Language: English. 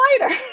lighter